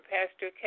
Pastor